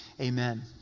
amen